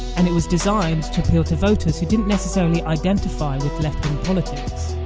and it was designed to appeal to voters who didn't necessarily identify with left-wing politics